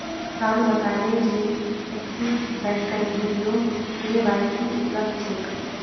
राहुल बताले जे एक्सिस बैंकत वीडियो के.वाई.सी उपलब्ध छेक